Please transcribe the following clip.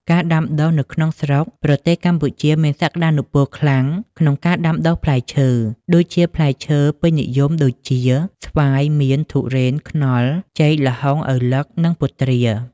ការដាំដុះនៅក្នុងស្រុកប្រទេសកម្ពុជាមានសក្តានុពលខ្លាំងក្នុងការដាំដុះផ្លែឈើដូចជាផ្លែឈើពេញនិយម ដូចជា ស្វាយ មៀន ធូររន ខ្នុរ ចេក ល្ហុង ឪឡឹក និងពុទ្រា។